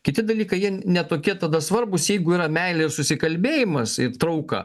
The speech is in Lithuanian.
kiti dalykai jie ne tokie tada svarbūs jeigu yra meilės susikalbėjimas ir trauka